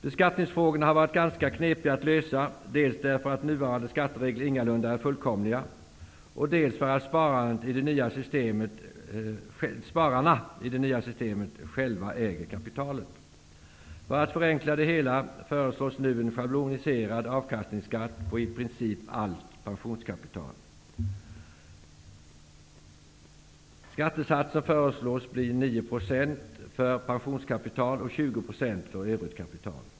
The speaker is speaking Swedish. Beskattningsfrågorna har varit ganska knepiga att lösa, dels därför att nuvarande skatteregler ingalunda är fullkomliga, dels därför att spararna i det nya systemet själva äger kapitalet. För att förenkla det hela föreslås nu en schabloniserad avkastningsskatt på i princip allt pensionskapital. Skattesatsen föreslås bli 9 % för pensionskapital och 20 % för övrigt kapital.